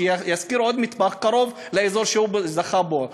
שישכור עוד מטבח קרוב לאזור שהוא זכה בו.